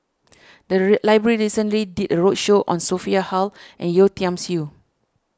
the library recently did a roadshow on Sophia Hull and Yeo Tiam Siew